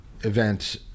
event